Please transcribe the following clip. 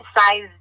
Size